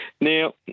Now